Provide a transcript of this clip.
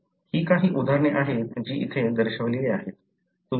ही काही उदाहरणे आहेत जी येथे दर्शविली आहेत